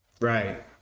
Right